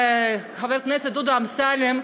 חבר הכנסת דודו אמסלם,